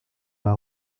m’a